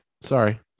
Sorry